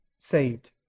saved